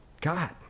God